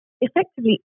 effectively